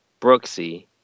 Brooksy